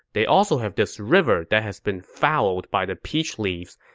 they also have this river that has been fouled by the peach leaves.